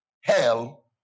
hell